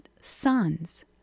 sons